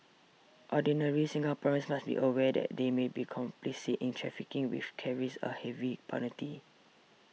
ordinary Singaporeans must be aware that they may be complicit in trafficking which carries a heavy penalty